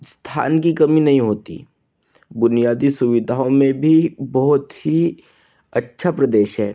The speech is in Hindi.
स्थान की कमी नहीं होती बुनियादी सुविधाओं में भी बहुत ही अच्छा प्रदेश है